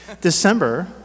December